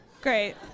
Great